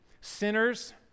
Sinners